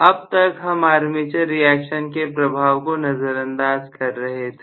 अब तक हम आर्मेचर रिएक्शन के प्रभाव को नजरअंदाज कर रहे थे